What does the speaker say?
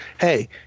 hey